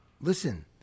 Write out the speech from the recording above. listen